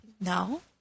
No